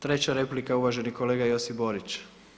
Treća replika uvaženi kolega Josip Borić.